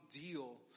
deal